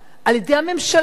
על-ידי הממשלה.